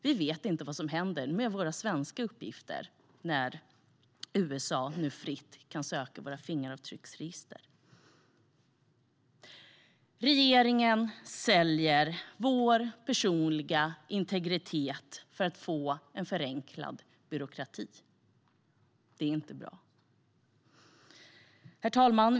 Vi vet inte vad som händer med våra svenska uppgifter när USA nu fritt kan söka i våra fingeravtrycksregister. Regeringen säljer vår personliga integritet för att få en förenklad byråkrati. Det är inte bra. Herr talman!